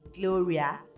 Gloria